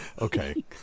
okay